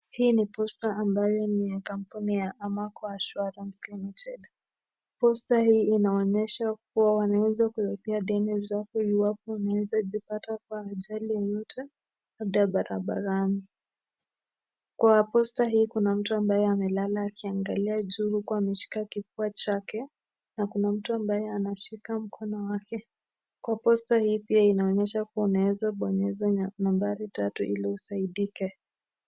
Hii ni posta mbayo ni kampuni ya AMACO (cs)Assurance (cs) Limited(cs). Posta hii inaonyesha kuwa wanaweza kukulipia deni zako iwapo unaweza kujipata kwa ajali yoyote labda barabarani. Kwa posta hii Kuna mtu ambaye amelala akiangalia juu huku ameshika kifua chake na kuna mtu ambaye anashika mkono wake. Kwa posta hii pia inaonyesha unaweza bonyeza nambari tatu ili usaidike.